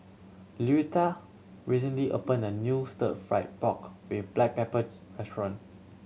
Luetta recently opened a new Stir Fried Pork With Black Pepper restaurant